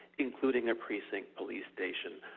including their precinct police station.